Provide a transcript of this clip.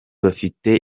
bafite